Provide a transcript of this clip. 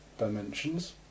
dimensions